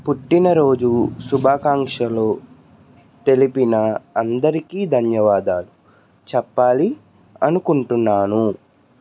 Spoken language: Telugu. పుట్టినరోజు శుభాకాంక్షలు తెలిపిన అందరికీ ధన్యవాదాలు చెప్పాలి అనుకుంటున్నాను